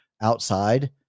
outside